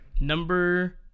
number